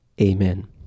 Amen